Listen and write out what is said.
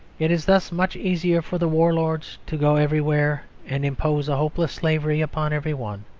it is thus much easier for the warlords to go everywhere and impose a hopeless slavery upon every one,